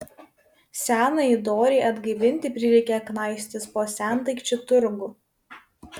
senajai dorei atgaivinti prireikė knaisiotis po sendaikčių turgų